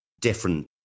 different